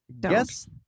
guess